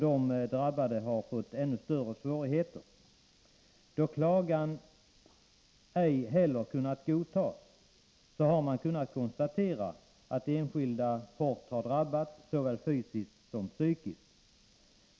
De drabbade har därigenom fått ännu större svårigheter. Då klagan ej heller kunnat godtas har man kunnat konstatera att enskilda hårt har drabbats, såväl fysiskt som psykiskt.